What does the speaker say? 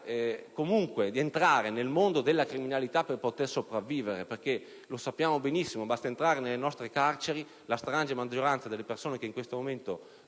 costrette ad entrare nel mondo della criminalità per poter sopravvivere; lo sappiamo benissimo, basta entrare nelle nostre carceri. La stragrande maggioranza delle persone che in questo momento